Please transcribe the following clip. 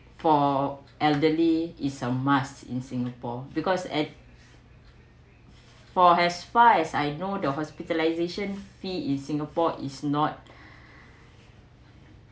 for elderly is a must in singapore because at for as far as I know the hospitalization fee in singapore is not